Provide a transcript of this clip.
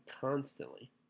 constantly